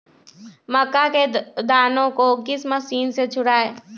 मक्का के दानो को किस मशीन से छुड़ाए?